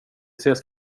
ses